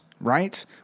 right